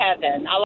heaven